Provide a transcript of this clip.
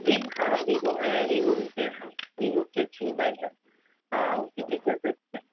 जी हाँ विवो है Vivo V ten है विवो के अच्छे मोबाइल हैं हाँ उसके फीचर्स अच्छे हैं